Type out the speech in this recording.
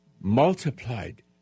multiplied